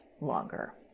longer